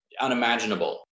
unimaginable